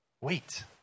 Wait